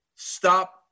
stop